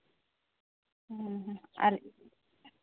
ᱦᱮᱸ ᱦᱮᱸ ᱟᱨ